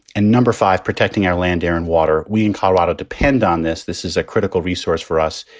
and number five, protecting our land, air and water. we in colorado depend on this. this is a critical resource for us.